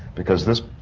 because this.